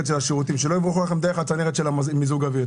של השירותים - שלא יברחו לכם דרך הצנרת של מיזוג האוויר.